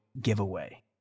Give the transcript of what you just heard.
giveaway